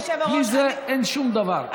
בלי זה אין שום דבר.